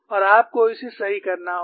और आपको इसे सही करना होगा